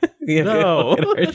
No